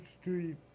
Street